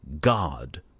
God